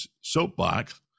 soapbox